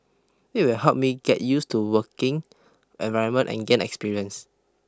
it will help me get used to working environment and gain experience